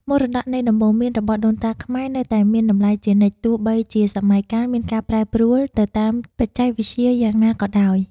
មរតកនៃដំបូន្មានរបស់ដូនតាខ្មែរនៅតែមានតម្លៃជានិច្ចទោះបីជាសម័យកាលមានការប្រែប្រួលទៅតាមបច្ចេកវិទ្យាយ៉ាងណាក៏ដោយ។